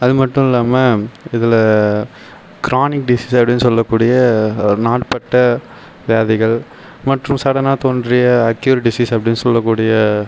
அதுமட்டும் இல்லாமல் இதில் கார்னிங் டிஸிஸ் அப்படின்னு சொல்ல கூடிய நாள்பட்ட வியாதிகள் மற்றும் சடென்னாக தோன்றிய அக்கியூர் டிஸிஸ் அப்படின்னு சொல்ல கூடிய